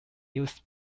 used